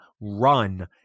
run